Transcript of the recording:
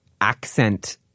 accent